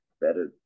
better